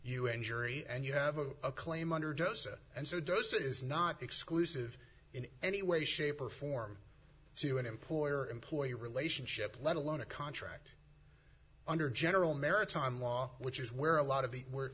you injury and you have a claim under just that and so does that is not exclusive in any way shape or form to an employer employee relationship let alone a contract under general maritime law which is where a lot of